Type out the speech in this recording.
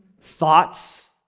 thoughts